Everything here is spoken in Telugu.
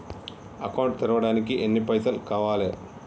అకౌంట్ తెరవడానికి ఎన్ని పైసల్ కావాలే?